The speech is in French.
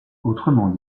autrement